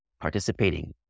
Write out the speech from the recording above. participating